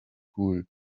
cool